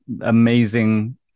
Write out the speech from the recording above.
amazing